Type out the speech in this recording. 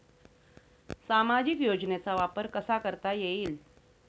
सामाजिक योजनेचा वापर कसा करता येईल?